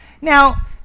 now